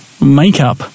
makeup